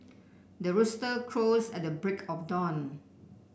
the rooster crows at the break of dawn